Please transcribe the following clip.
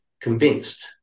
convinced